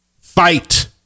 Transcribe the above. Fight